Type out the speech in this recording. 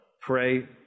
pray